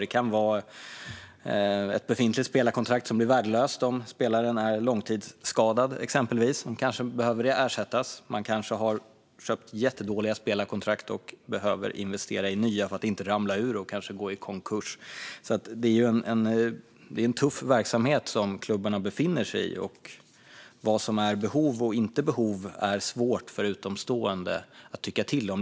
Det kan handla om ett befintligt spelarkontrakt som blir värdelöst om spelaren exempelvis är långtidsskadad och behöver ersättas. Man kanske har köpt jättedåliga spelarkontrakt och behöver investera i nya för att inte ramla ur och kanske gå i konkurs. Det är en tuff verksamhet som klubbarna befinner sig i. Vad som är ett behov och vad som inte är det är svårt för utomstående att tycka till om.